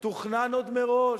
תוכנן עוד מראש,